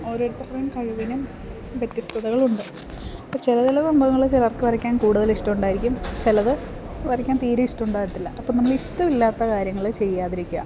ഓരോരുത്തരുടേയും കഴിവിനും വ്യത്യസ്തതകളുണ്ട് അപ്പോൾ ചില ചില സംഭവങ്ങൾ ചിലർക്ക് വരയ്ക്കാൻ കൂടുതൽ ഇഷ്ടമുണ്ടായിരിക്കും ചിലത് വരയ്ക്കാൻ തീരെ ഇഷ്ടമുണ്ടാവത്തില്ല അപ്പോൾ നമ്മൾ ഇഷ്ടമില്ലാത്ത കാര്യങ്ങൾ ചെയ്യാതിരിക്കുക